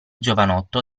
giovanotto